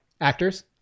Actors